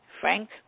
Frank